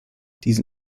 diesem